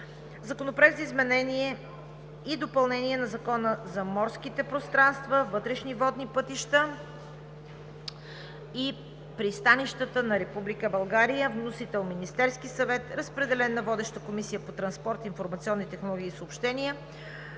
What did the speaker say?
Законопроект за изменение и допълнение на Закона за морските пространства, вътрешни водни пътища и пристанищата на Република България. Вносител: Министерският съвет. Разпределен е на водещата Комисия по транспорт, информационни технологии и съобщения